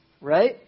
Right